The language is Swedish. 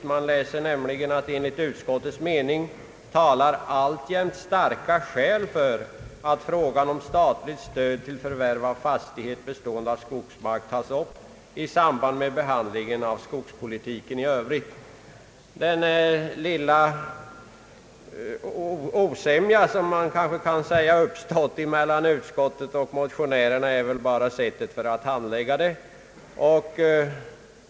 I utlåtandet heter det nämligen: »Enligt utskottets mening talar alltjämt starka skäl för att frågan om statligt stöd vid förvärv av fastighet bestående av skogsmark tas upp i samband med behandlingen av skogspolitiken i övrigt.» Den lilla osämja som man kanske kan säga har uppstått mellan utskottet och motionärerna gäller väl endast sättet att handlägga frågan.